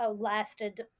lasted